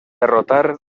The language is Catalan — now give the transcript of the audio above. derrotar